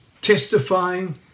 testifying